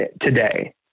today